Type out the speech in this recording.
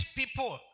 people